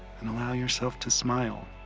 and allow yourself to smile,